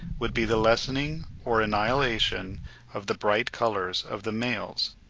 would be the lessening or annihilation of the bright colours of the males,